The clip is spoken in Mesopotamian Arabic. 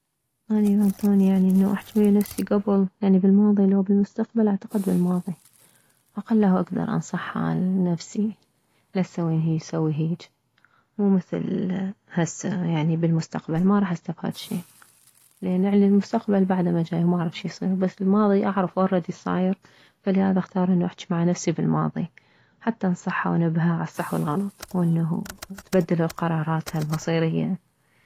اني اذا انطوني يعني انه احجي ويه نفسي كبل يعني بالماضي لو بالمستقبل اعتقد بالماضي اقله اكدر انصحها لنفسي لا تسوين هيج سوي هيج مو مثل هسه يعني بالمستقبل ما راح استفاد شي لان المستقبل بعده مجاي ما اعرف شيصير بس الماضي اعرف alreardy شصاير فلهذا اختار انه احجي مع نفسي بالماضي حتى انصحها وانبهها عالصح والغلط وانه تبدل القراراتها المصيرية